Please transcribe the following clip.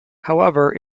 however